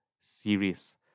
series